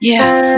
Yes